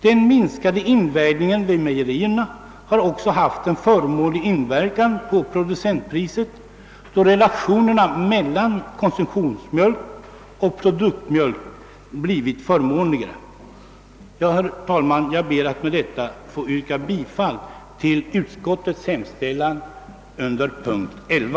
Den minskade invägningen vid mejerierna har också haft en gynnsam inverkan på producentpriset, då relationerna mellan konsumtionsmjölk och produktmjölk blivit förmånligare. Herr talman! Jag ber med dessa ord att få yrka bifall till utskottets hemställan under punkten 11.